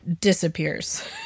disappears